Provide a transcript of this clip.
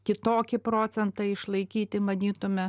kitokį procentą išlaikyti manytume